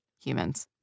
humans